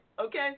okay